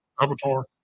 Avatar